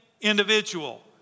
individual